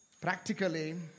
practically